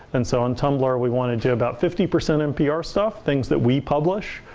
and so on tumblr, we want to do about fifty percent npr stuff, things that we publish.